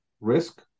risk